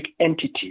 entity